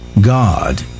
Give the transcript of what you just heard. God